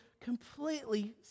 completely